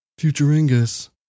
Futuringus